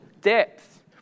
depth